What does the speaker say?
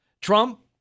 Trump